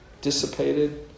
dissipated